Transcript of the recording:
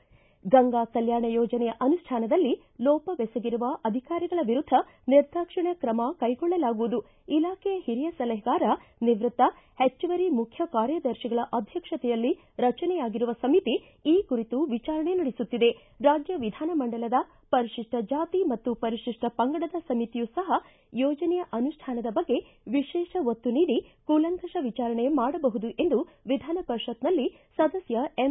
ಗಂಗಾ ಕಲ್ಯಾಣ ಯೋಜನೆಯ ಅನುಷ್ಠಾನದಲ್ಲಿ ಲೋಪವೆಸಗಿರುವ ಅಧಿಕಾರಿಗಳ ವಿರುದ್ದ ನಿರ್ದಾಕ್ಷಿಣ್ಯ ತ್ರಮ ಕೈಗೊಳ್ಳಲಾಗುವುದು ಇಲಾಖೆಯ ಓರಿಯ ಸಲಹೆಗಾರ ನಿವೃತ್ತ ಹೆಚ್ಚುವರಿ ಮುಖ್ಯ ಕಾರ್ಯದರ್ತಿಗಳ ಅಧ್ಯಕ್ಷತೆಯಲ್ಲಿ ರಚನೆಯಾಗಿರುವ ಸಮಿತಿ ಈ ಕುರಿತು ವಿಚಾರಣೆ ನಡೆಸುತ್ತಿದೆ ರಾಜ್ಯ ವಿಧಾನ ಮಂಡಲದ ಪರಿಶಿಷ್ಟ ಜಾತಿ ಮತ್ತು ಪರಿಶಿಷ್ಟ ಪಂಗಡದ ಸಮಿತಿಯು ಸಹ ಯೋಜನೆಯ ಅನುಷ್ಠಾನದ ಬಗ್ಗೆ ವಿಶೇಷ ಒತ್ತು ನೀಡಿ ಕೂಲಂಕಷ ವಿಚಾರಣೆ ಮಾಡಬಹುದು ಎಂದು ವಿಧಾನ ಪರಿಷತ್ನಲ್ಲಿ ಸದಸ್ಯ ಎಂ